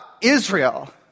Israel